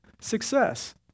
success